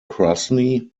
krasny